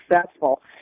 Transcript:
Successful